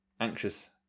anxious